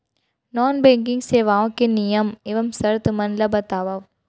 non banking सेवाओं के नियम एवं शर्त मन ला बतावव